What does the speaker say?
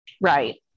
Right